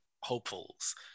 hopefuls